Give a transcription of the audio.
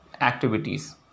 activities